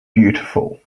beautiful